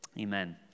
Amen